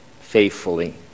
faithfully